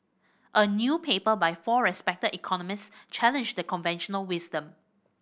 a new paper by four respected economists challenges the conventional wisdom